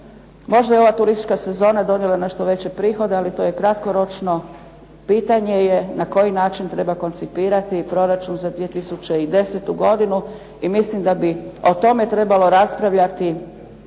Možda je ova turistička sezona donijela nešto veće prihode, ali to je kratkoročno. Pitanje je na koji način treba koncipirati proračun za 2010. godinu i mislim da bi o tome trebalo raspravljati